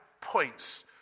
points